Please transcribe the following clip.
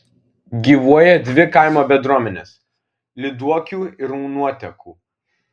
gyvuoja dvi kaimo bendruomenės lyduokių ir nuotekų